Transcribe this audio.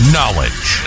Knowledge